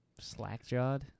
Slackjawed